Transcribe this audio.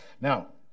Now